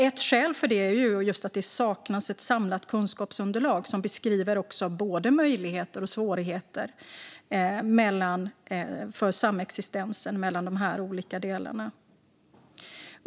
Ett skäl till detta är att det saknas ett samlat kunskapsunderlag som beskriver både möjligheter och svårigheter när det gäller samexistens mellan dessa olika delar.